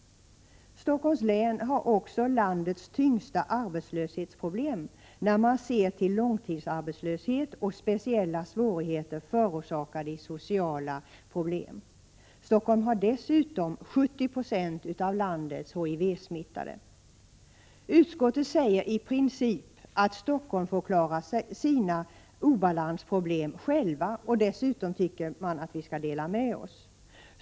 Stockholms län har också landets tyngsta arbetslöshetsproblem när man ser till långtidsarbetslöshet och speciella svårigheter som grundar sig på sociala problem. Stockholm har också 70 20 av landets HIV-smittade. Utskottet säger i princip att Stockholm får klara sina obalansproblem själv och dessutom skall dela med sig av resurserna.